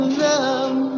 love